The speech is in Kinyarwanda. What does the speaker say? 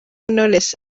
knowless